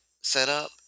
setup